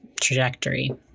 trajectory